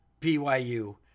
BYU